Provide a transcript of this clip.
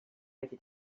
était